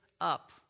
up